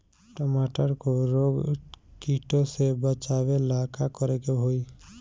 टमाटर को रोग कीटो से बचावेला का करेके होई?